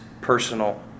personal